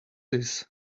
this